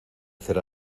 hacer